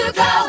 go